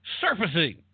surfacing